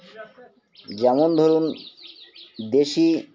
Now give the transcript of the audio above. যেমন ধরুন দেশি